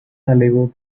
alegó